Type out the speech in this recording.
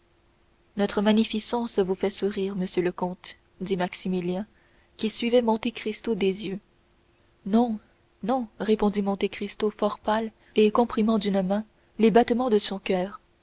notre magnificence vous fait sourire monsieur le comte dit maximilien qui suivait monte cristo des yeux non non répondit monte cristo fort pâle et comprimant d'une main les battements de son coeur